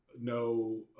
no